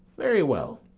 very well